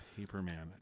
Paperman